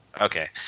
Okay